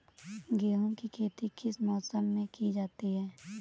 गेहूँ की खेती किस मौसम में की जाती है?